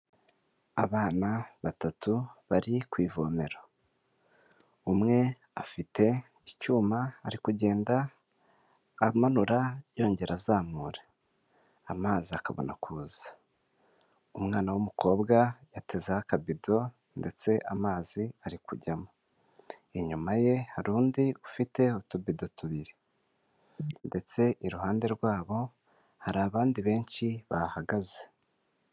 Abana batatu bari ku ivomera, umwe afite icyuma ari kugenda amanura yongera azamura, amazi akabona kuza, umwana w'umukobwa yatezeho akabido ndetse amazi ari kujyamo, inyuma ye hari undi ufite utubedo tubiri ndetse iruhande rwabo hari abandi benshi bahahagaze.